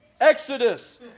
Exodus